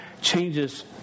changes